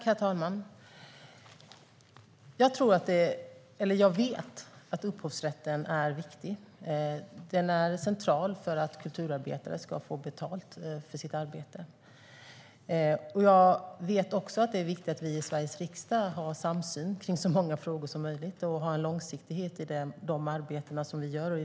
Herr talman! Jag vet att upphovsrätten är viktig och central för att kulturarbetare ska få betalt för sitt arbete. Det är också viktigt att vi i Sveriges riksdag har en samsyn i så många frågor som möjligt och arbetar långsiktigt.